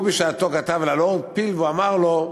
הוא בשעתו כתב ללורד פיל ואמר לו: